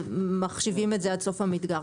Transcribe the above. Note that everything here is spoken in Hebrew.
שהם מחשיבים את זה עד סוף המדגר?